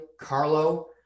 Carlo